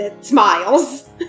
smiles